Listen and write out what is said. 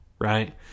right